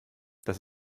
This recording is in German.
das